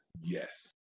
Yes